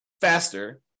faster